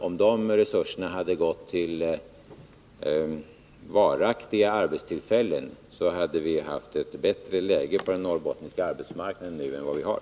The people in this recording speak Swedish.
Om de resurserna hade gått till varaktiga arbetstillfällen hade vi haft ett bättre läge på den norrbottniska arbetsmarknaden nu än vad vi har.